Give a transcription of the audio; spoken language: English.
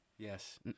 Yes